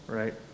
right